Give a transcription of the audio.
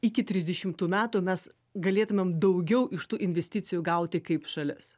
iki trisdešimtų metų mes galėtumėm daugiau iš tų investicijų gauti kaip šalis